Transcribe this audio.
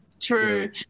true